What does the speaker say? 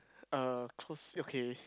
uh close okay